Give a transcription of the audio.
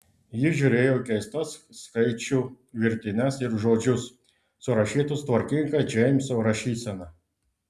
ji žiūrėjo į keistas skaičių virtines ir žodžius surašytus tvarkinga džeimso rašysena